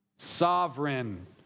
Sovereign